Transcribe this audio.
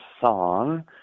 song